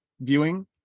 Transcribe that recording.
viewing